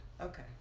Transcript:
Okay